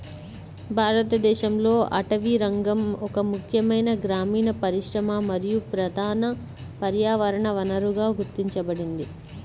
భారతదేశంలో అటవీరంగం ఒక ముఖ్యమైన గ్రామీణ పరిశ్రమ మరియు ప్రధాన పర్యావరణ వనరుగా గుర్తించబడింది